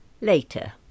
Later